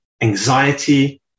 anxiety